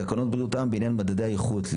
תקנות בריאות העם בעניין מדדי האיכות,